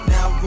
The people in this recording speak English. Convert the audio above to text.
Now